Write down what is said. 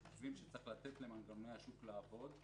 אנחנו חושבים שצריך לתת למנגנוני השוק לעבוד,